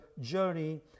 journey